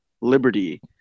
liberty